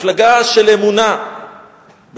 מפלגה של אמונה וערכים,